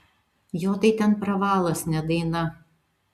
jo tai ten pravalas ne daina